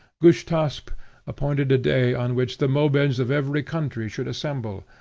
gushtasp appointed a day on which the mobeds of every country should assemble,